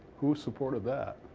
who supported that?